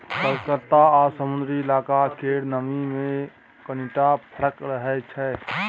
कलकत्ता आ समुद्री इलाका केर नमी मे कनिटा फर्क रहै छै